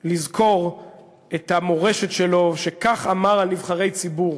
לזכור את המורשת שלו, שכך אמר על נבחרי ציבור